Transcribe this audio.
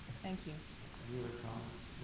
thank you cards